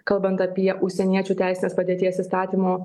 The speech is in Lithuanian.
kalbant apie užsieniečių teisinės padėties įstatymo